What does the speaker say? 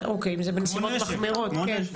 אם זה בנסיבות מחמירות.